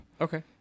Okay